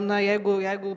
na jeigu jeigu